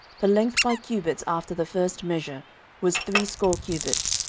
the length by cubits after the first measure was threescore cubits,